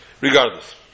Regardless